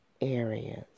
areas